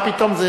מה פתאום?